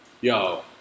Yo